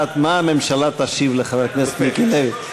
לדעת מה הממשלה תשיב לחבר הכנסת מיקי לוי.